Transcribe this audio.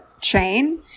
chain